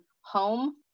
home